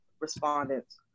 respondents